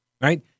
Right